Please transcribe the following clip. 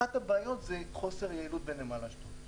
אחת הבעיות זה חוסר יעילות בנמל אשדוד.